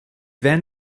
then